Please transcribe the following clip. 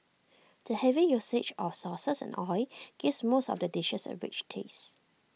the heavy usage of sauces and oil gives most of the dishes A rich taste